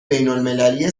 بینالمللی